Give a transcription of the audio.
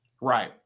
Right